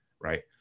right